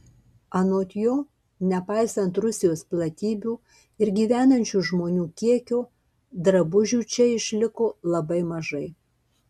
anot jo nepaisant rusijos platybių ir gyvenančių žmonių kiekio drabužių čia išliko labai mažai